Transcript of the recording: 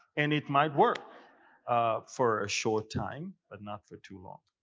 and it might work for a short time but not for too long.